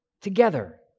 together